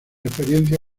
experiencia